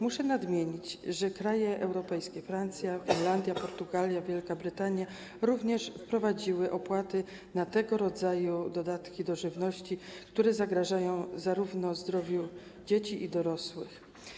Muszę nadmienić, że takie kraje europejskie, jak Francja, Irlandia, Portugalia i Wielka Brytania, również wprowadziły opłaty na tego rodzaju dodatki do żywności, które zagrażają zdrowiu dzieci i dorosłych.